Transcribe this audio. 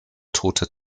tote